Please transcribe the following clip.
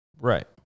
right